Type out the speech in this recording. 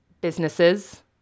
businesses